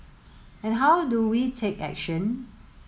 and how do we take action